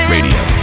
Radio